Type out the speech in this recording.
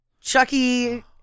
Chucky